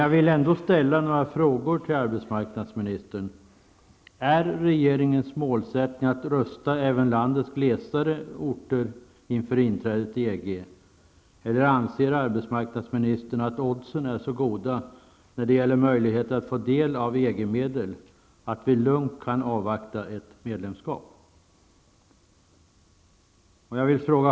Jag vill ändå ställa några frågor till arbetsmarknadsministern: Är regeringens målsättning att rusta även landets glesare orter inför inträdet i EG, eller anser arbetsmarknadsministern att oddsen är så goda när det gäller möjligheter att få del av EG-medel, att vi lugnt kan avvakta ett medlemskap?